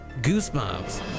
Goosebumps